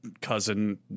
cousin